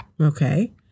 Okay